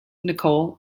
nicole